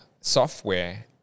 software